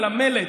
על המלט,